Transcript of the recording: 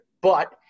But-